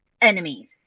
enemies